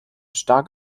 stark